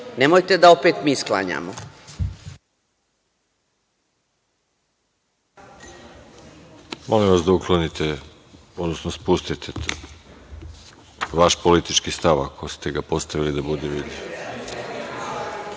Nemojte da opet mi sklanjamo.